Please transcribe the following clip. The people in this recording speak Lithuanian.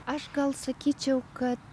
aš gal sakyčiau kad